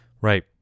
Right